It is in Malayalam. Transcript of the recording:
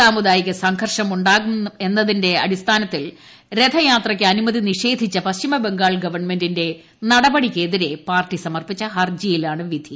സാമുദായിക സംഘർഷം ഉ ാകുമെന്നതിന്റെ അടിസ്ഥാനത്തിൽ രഥയാത്രയ്ക്ക് അനുമതി നിഷേഷധിച്ച പശ്ചിമബംഗാൾ ഗവൺമെന്റിന്റെ നടപടിക്കെതിരെ പാർട്ടി സമർപ്പിച്ച ഹർജിയിലാണ് വിധി